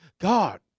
God